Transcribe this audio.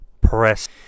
Press